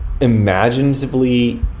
imaginatively